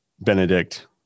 Benedict